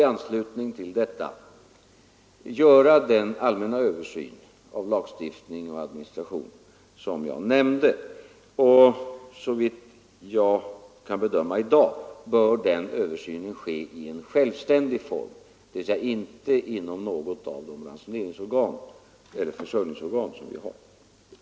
I anslutning till detta kan vi göra den allmänna översyn av lagstiftning och administration som jag nämnde. Såvitt jag kan bedöma i dag bör översynen få en självständig form, dvs. den bör inte ske inom något av de försörjningsorgan som vi har.